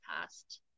past